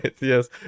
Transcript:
yes